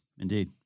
Indeed